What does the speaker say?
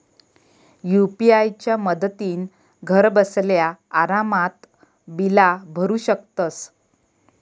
UPI च्या मदतीन घरबसल्या आरामात बिला भरू शकतंस